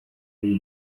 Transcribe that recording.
ari